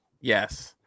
yes